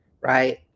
Right